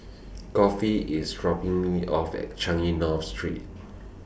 Godfrey IS dropping Me off At Changi North Street